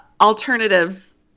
alternatives